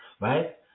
right